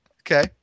Okay